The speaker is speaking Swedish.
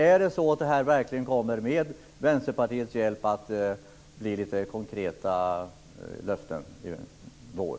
Kommer det att med Vänsterpartiets hjälp komma konkreta löften i vår?